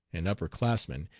an upper classman,